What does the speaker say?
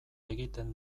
egiten